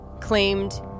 claimed